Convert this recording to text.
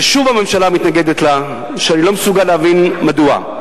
ששוב הממשלה מתנגדת לה ואני לא מסוגל להבין מדוע.